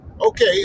okay